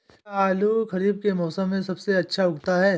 क्या आलू खरीफ के मौसम में सबसे अच्छा उगता है?